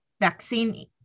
vaccine